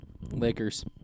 Lakers